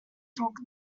talk